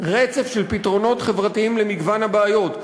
רצף של פתרונות חברתיים למגוון הבעיות.